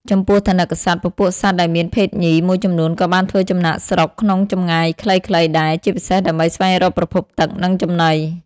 ចំពោះ ថនិកសត្វ ពពួកសត្វដែលមានភេទញី មួយចំនួនក៏បានធ្វើចំណាកស្រុកក្នុងចម្ងាយខ្លីៗដែរ ជាពិសេសដើម្បីស្វែងរកប្រភពទឹក និងចំណី។